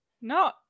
no